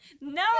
No